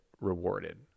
rewarded